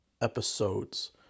episodes